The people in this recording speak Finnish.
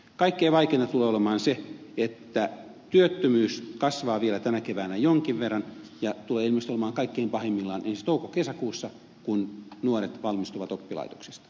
kaikkein vaikeinta tulee olemaan se että työttömyys kasvaa vielä tänä keväänä jonkin verran ja tulee ilmeisesti olemaan kaikkein pahimmillaan ensi toukokesäkuussa kun nuoret valmistuvat oppilaitoksista